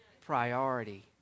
priority